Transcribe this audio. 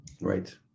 right